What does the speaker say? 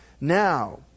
Now